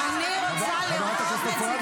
--- (חברת הכנסת נעמה לזימי יוצאת מאולם המליאה.) חברת הכנסת אפרת,